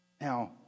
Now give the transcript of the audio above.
Now